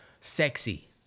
sexy